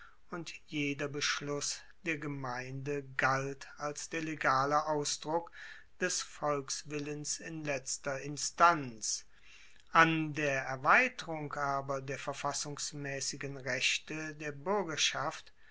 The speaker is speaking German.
und jeder beschluss der gemeinde galt als der legale ausdruck des volkswillens in letzter instanz an der erweiterung aber der verfassungsmaessigen rechte der buergerschaft